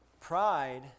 Pride